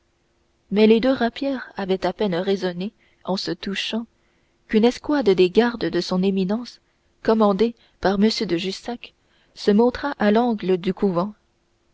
mais les deux rapières avaient à peine résonné en se touchant qu'une escouade des gardes de son éminence commandée par m de jussac se montra à l'angle du couvent